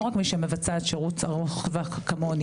לא רק מי שמבצעת שירות ארוך כמוני,